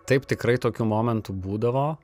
taip tikrai tokių momentų būdavo